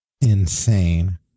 Insane